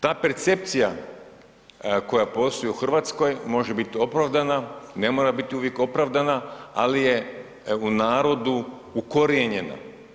Ta percepcija koja postoji u Hrvatskoj može biti opravdana i ne mora biti uvijek opravdana, ali je u narodu ukorijenjena.